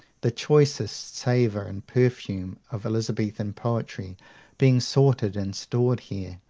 the choicest savour and perfume of elizabethan poetry being sorted, and stored here,